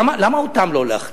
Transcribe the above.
למה אותם לא להכליל?